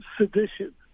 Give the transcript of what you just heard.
sedition